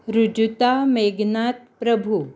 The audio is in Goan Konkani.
रुजुता मेघनाथ प्रभू